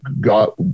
Got